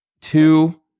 Two